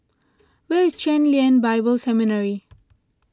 where is Chen Lien Bible Seminary